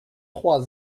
trois